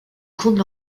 comptes